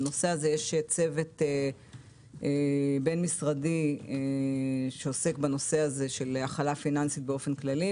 בנושא הזה יש צוות בין משרדי שעוסק בנושא של החלה פיננסית באופן כללי,